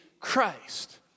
Christ